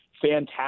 fantastic